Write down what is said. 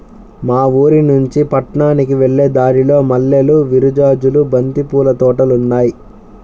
మా ఊరినుంచి పట్నానికి వెళ్ళే దారిలో మల్లెలు, విరజాజులు, బంతి పూల తోటలు ఉన్నాయ్